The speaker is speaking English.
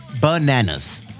bananas